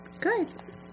good